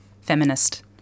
feminist